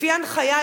לפי ההנחיה,